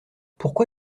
pourquoi